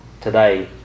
today